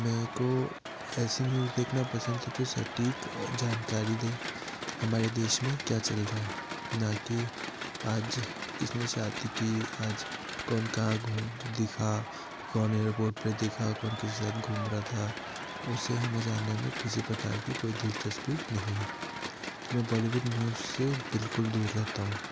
मेरे को ऐसी न्यूज देखना पसंद है जो सटीक जानकारी दे हमारे देश में क्या चल रहा है ना कि आज किसने शादी की आज कौन कहाँ घूम दिखा कौन एयरपोर्ट पे दिखा कौन किसके साथ घूम रहा था उसे हमें जानने में किसी प्रकार की कोई दिलचस्पी नहीं है मैं बॉलीवुड न्यूज से बिलकुल दूर रहता हूँ